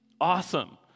awesome